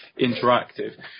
interactive